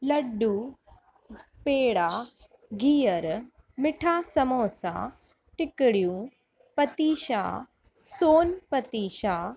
लड्डू पेड़ा गिहर मिठा समोसा टिकड़ियू पतीशा सोन पतीशा